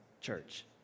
church